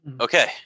Okay